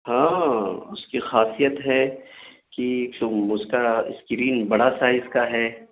ہاں اس کی خاصیت ہے کہ جو اس کا اسکرین بڑا سائز کا ہے